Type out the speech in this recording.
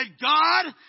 God